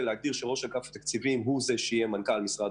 ראש אג"ת הוא זה שיהיה מנכ"ל המשרד,